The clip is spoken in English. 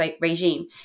regime